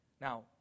Now